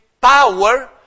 power